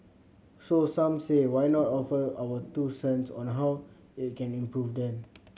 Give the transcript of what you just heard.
so some say why not offer our two cents on how it can improve then